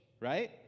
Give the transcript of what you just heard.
right